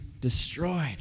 destroyed